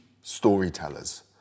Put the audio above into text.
storytellers